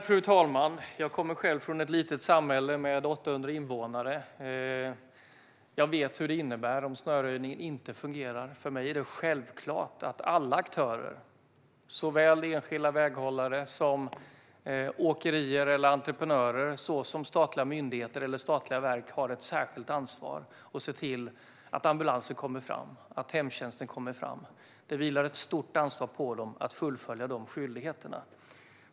Fru talman! Jag kommer själv från ett litet samhälle med 800 invånare, och jag vet vad det innebär om snöröjningen inte fungerar. För mig är det självklart att alla aktörer, såväl enskilda väghållare som åkerier och entreprenörer, som statliga myndigheter eller statliga verk, har ett särskilt ansvar att se till att ambulansen kommer fram och att hemtjänsten kommer fram. Det vilar ett stort ansvar på dem att fullfölja dessa skyldigheter.